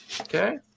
okay